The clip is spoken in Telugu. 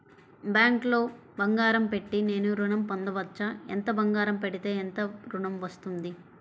బ్యాంక్లో బంగారం పెట్టి నేను ఋణం పొందవచ్చా? ఎంత బంగారం పెడితే ఎంత ఋణం వస్తుంది?